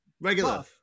Regular